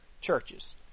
churches